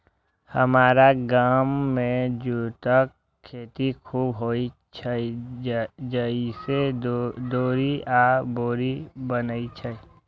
हमरा गाम मे जूटक खेती खूब होइ छै, जइसे डोरी आ बोरी बनै छै